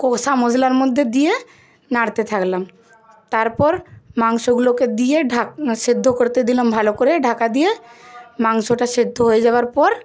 কষা মশলার মধ্যে দিয়ে নাড়তে থাকলাম তারপর মাংসগুলোকে দিয়ে ঢাকনা সিদ্ধ করতে দিলাম ভালো করে ঢাকা দিয়ে মাংসটা সিদ্ধ হয়ে যাওয়ার পর